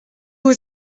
was